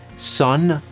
sun,